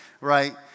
right